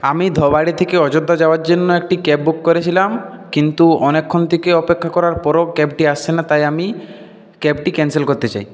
আমি ধুবরি থেকে অযোধ্যা যাওয়ার জন্য একটি ক্যাব বুক করেছিলাম কিন্তু অনেকক্ষণ থেকে অপেক্ষা করার পরও ক্যাবটি আসছে না তাই আমি ক্যাবটি ক্যানসেল করতে চাই